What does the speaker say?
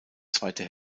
zweite